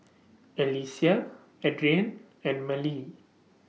Alyssia Adrienne and Mallie